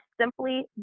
simply